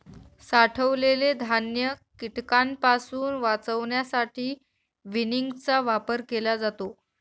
साठवलेले धान्य कीटकांपासून वाचवण्यासाठी विनिंगचा वापर केला जातो